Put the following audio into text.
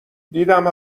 دیدم